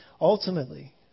ultimately